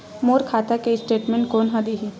मोर खाता के स्टेटमेंट कोन ह देही?